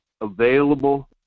available